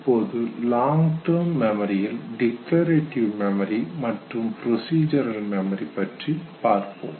இப்பொழுது long term மெமரியில் declarative memory மற்றும் ப்ரொசிஜுரல் மெமரி பற்றி பார்ப்போம்